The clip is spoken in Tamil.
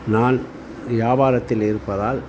நான் வியாபாரத்தில் இருப்பதால்